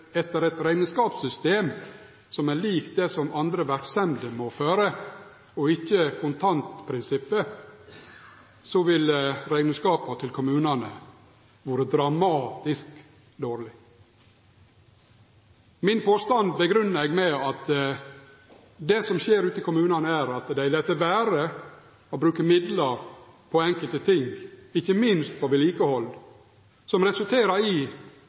rekneskapssystem som er lik det som andre verksemder må føre, og ikkje kontantprinsippet, ville rekneskapane til kommunane ha vore dramatisk dårlege. Min påstand grunngjev eg med at det som skjer ute i kommunane, er at dei lèt vere å bruke midlar på enkelte ting, ikkje minst på vedlikehald, og det resulterer i